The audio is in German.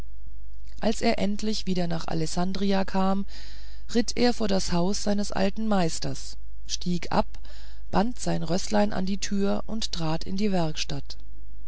als er endlich wieder nach alessandria kam ritt er vor das haus seines alten meisters stieg ab band sein rößlein an die türe und trat in die werkstatt